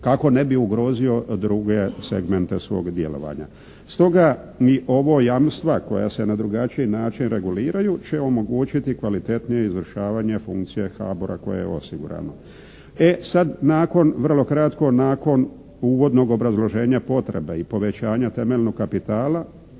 kako ne bi ugrozio druge segmente svog djelovanja. Stoga mi, ovo jamstva koja se na drugačiji način reguliraju će omogućiti kvalitetnije izvršavanje funkcije HBOR-a koje je osigurano. E sad nakon vrlo kratko nakon uvodnog obrazloženja potreba i povećanja temeljnog kapitala